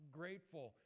grateful